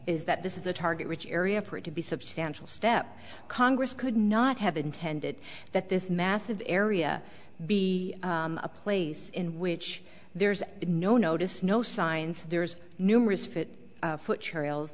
is that this is a target rich area for it to be substantial step congress could not have intended that this massive area be a place in which there's no notice no signs there's numerous fit